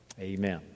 Amen